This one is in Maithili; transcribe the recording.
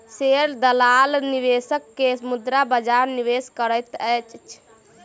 शेयर दलाल निवेशक के मुद्रा बजार निवेश करैत अछि